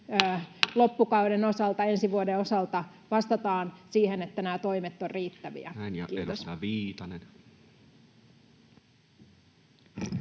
loppukauden osalta, ensi vuoden osalta vastataan siihen, että nämä toimet ovat riittäviä? — Kiitos.